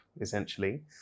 essentially